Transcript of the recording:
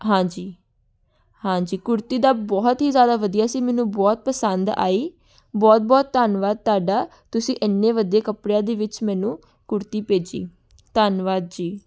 ਹਾਂਜੀ ਹਾਂਜੀ ਕੁੜਤੀ ਦਾ ਬਹੁਤ ਹੀ ਜ਼ਿਆਦਾ ਵਧੀਆ ਸੀ ਮੈਨੂੰ ਬਹੁਤ ਪਸੰਦ ਆਈ ਬਹੁਤ ਬਹੁਤ ਧੰਨਵਾਦ ਤੁਹਾਡਾ ਤੁਸੀਂ ਇੰਨੇ ਵੱਧੇ ਕੱਪੜਿਆਂ ਦੇ ਵਿੱਚ ਮੈਨੂੰ ਕੁੜਤੀ ਭੇਜੀ ਧੰਨਵਾਦ ਜੀ